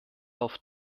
auf